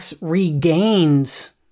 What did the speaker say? regains